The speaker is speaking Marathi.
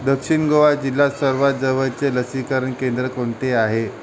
दक्षिण गोवा जिल्ह्यात सर्वात जवळचे लसीकरण केंद्र कोणते आहे